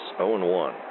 0-1